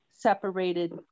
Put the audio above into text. separated